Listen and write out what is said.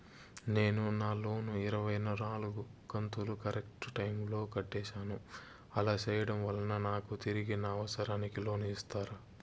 నేను నా లోను ఇరవై నాలుగు కంతులు కరెక్టు టైము లో కట్టేసాను, అలా సేయడం వలన నాకు తిరిగి నా అవసరానికి లోను ఇస్తారా?